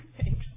thanks